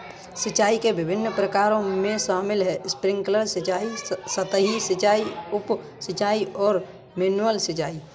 सिंचाई के विभिन्न प्रकारों में शामिल है स्प्रिंकलर सिंचाई, सतही सिंचाई, उप सिंचाई और मैनुअल सिंचाई